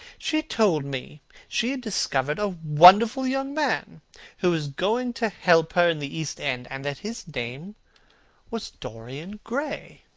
she told me she had discovered a wonderful young man who was going to help her in the east end, and that his name was dorian gray.